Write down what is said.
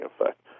effect